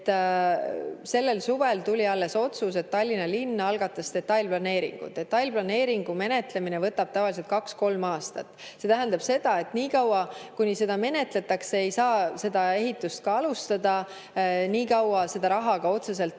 et sellel suvel tuli alles otsus, et Tallinna linn algatas detailplaneeringu. Detailplaneeringu menetlemine võtab tavaliselt kaks-kolm aastat. See tähendab seda, et niikaua, kuni seda menetletakse, ei saa seda ehitust ka alustada. Niikaua seda raha ka otseselt